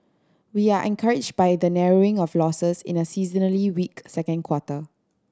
we are encouraged by the narrowing of losses in a seasonally weak second quarter